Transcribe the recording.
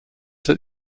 that